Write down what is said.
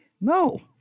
No